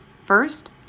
First